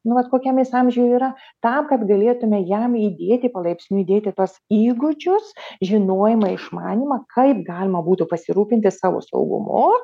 nu vat kokiam jis amžiuj yra tam kad galėtume jam įdėti palaipsniui įdėti tuos įgūdžius žinojimą išmanymą kaip galima būtų pasirūpinti savo saugumu